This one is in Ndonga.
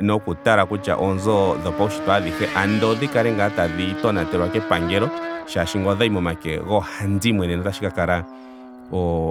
Noku tala kutya oonzo adhihe dhopaunshitwe ando odhi kale ngaa tadhi tonatelwa kepangelo molwaashoka ngele odhayi momake goohandimwe nena otashi ka kala